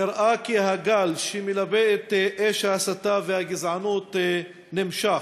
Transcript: נראה כי הגל שמלווה את אש ההסתה והגזענות נמשך.